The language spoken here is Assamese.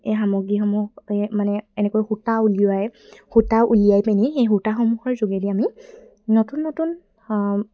এই সামগ্ৰীসমূহ মানে এনেকৈ সূতা উলিওৱাই সূতা উলিয়াই পিনি সেই সূতাসমূহৰ যোগেদি আমি নতুন নতুন